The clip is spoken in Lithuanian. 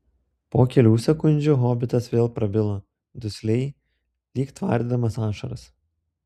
po kelių sekundžių hobitas vėl prabilo dusliai lyg tvardydamas ašaras